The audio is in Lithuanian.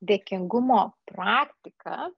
dėkingumo praktika